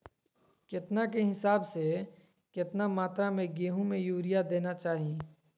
केतना के हिसाब से, कितना मात्रा में गेहूं में यूरिया देना चाही?